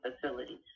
facilities